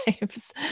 lives